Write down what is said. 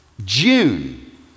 June